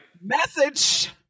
Message